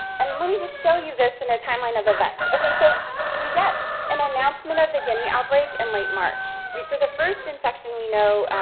and let me just show you this in a timeline of events. okay, so we get an announcement of the guinea outbreak in late march, right, so the first infection we know,